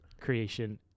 creation